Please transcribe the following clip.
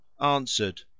Answered